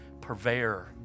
purveyor